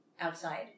outside